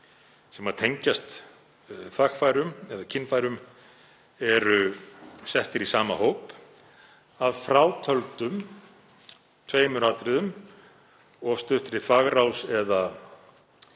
sem tengjast þvagfærum eða kynfærum eru settir í sama hóp, að frátöldum tveimur atriðum, of stuttri þvagrás eða